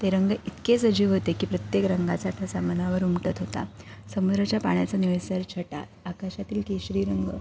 ते रंग इतके सजीव होते की प्रत्येक रंगाचा ठसा मनावर उमटत होता समोरच्या पाण्याचा निळसर छटा आकाशातील केशरी रंग